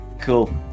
cool